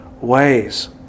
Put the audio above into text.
ways